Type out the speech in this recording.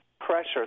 pressure